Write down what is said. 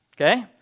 Okay